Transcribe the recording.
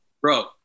Bro